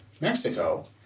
Mexico